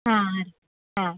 ಹಾಂ ಹಾಂ ರೀ ಹಾಂ